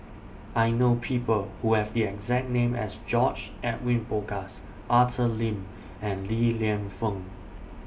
I know People Who Have The exact name as George Edwin Bogaars Arthur Lim and Li Lienfung